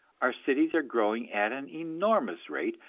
our cities are growing at an enormous rate,